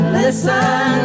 listen